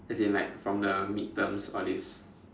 as in like from the midterms all this